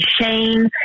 shame